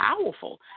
powerful